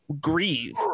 grieve